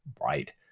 right